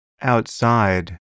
outside